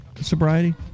sobriety